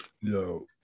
Yo